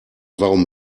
warum